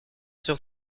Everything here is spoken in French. sur